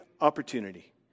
opportunity